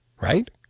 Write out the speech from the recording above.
right